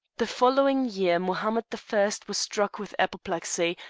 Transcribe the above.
the following year mohammed the first was struck with apoplexy,